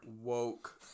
Woke